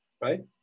right